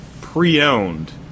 pre-owned